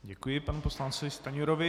Děkuji panu poslanci Stanjurovi.